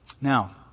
Now